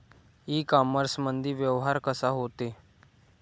इ कामर्समंदी व्यवहार कसा होते?